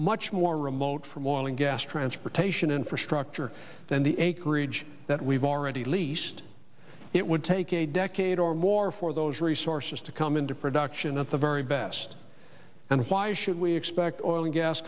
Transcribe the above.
much more remote from oil and gas transportation infrastructure than the acreage that we've already least it would take a decade or more for those resources to come into production at the very best and why should we expect oil and gas